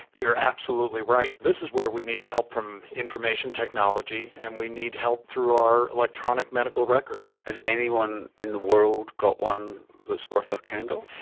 you're absolutely right. this is where we need help from information technology and we need help through our electronic medical records. has anyone in the world got one that's worth a candle?